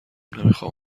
نمیخام